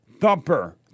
Thumper